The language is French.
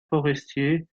forestier